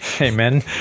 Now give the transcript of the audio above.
Amen